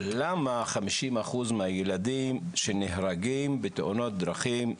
למה 50% מהילדים שנהרגים בתאונות דרכים,